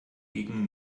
gegen